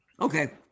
Okay